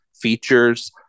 features